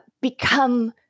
become